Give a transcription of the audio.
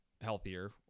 healthier